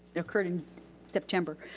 occurred in september.